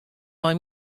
mei